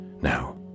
Now